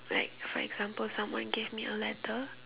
like for example someone gave me a letter